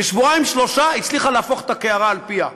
ובשבועיים-שלושה הצליחה להפוך את הקערה על פיה,